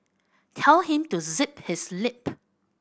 tell him to zip his lip